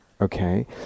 Okay